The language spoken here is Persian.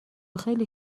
خیلی